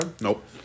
Nope